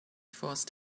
forced